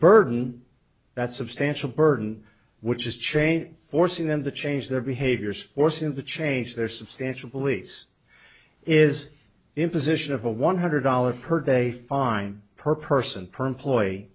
burden that's substantial burden which is change forcing them to change their behaviors force him to change their substantial police is the imposition of a one hundred dollars per day fine per person per employee